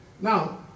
Now